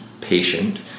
patient